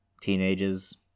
teenagers